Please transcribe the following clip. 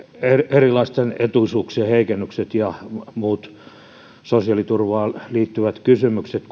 erilaisten etuisuuksien heikennykset ja muut sosiaaliturvaan liittyvät kysymykset